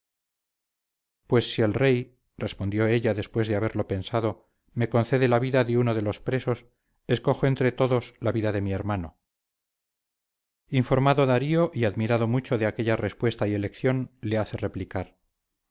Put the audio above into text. pues si el rey respondió ella después de haberlo pensado me concede la vida de uno de los presos escojo entre todos la vida de mi hermano informado darío y admirado mucho de aquella respuesta y elección le hace replicar